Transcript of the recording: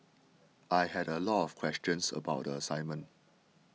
I had a lot of questions about the assignment